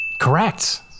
Correct